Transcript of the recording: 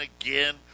again